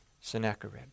Sennacherib